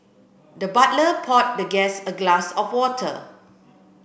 the butler poured the guest a glass of water